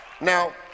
now